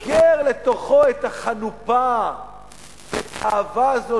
אוגר לתוכו את החנופה ואת האהבה הזאת,